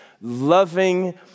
loving